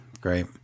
Great